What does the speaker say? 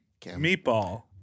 Meatball